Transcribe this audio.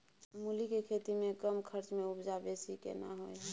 मूली के खेती में कम खर्च में उपजा बेसी केना होय है?